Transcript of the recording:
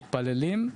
מתפללים,